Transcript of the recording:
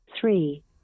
three